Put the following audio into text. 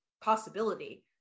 possibility